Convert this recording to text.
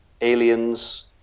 Aliens